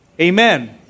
Amen